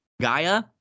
Gaia